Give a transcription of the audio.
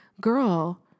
girl